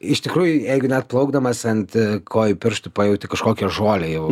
iš tikrųjų jeigu net plaukdamas ant kojų pirštų pajauti kažkokią žolę jau